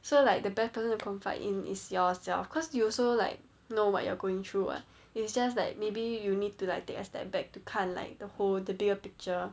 so like the best person to confide in is yourself cause you also like know what you are going through [what] it's just like maybe you need to like take a step back to 看 like the whole the bigger picture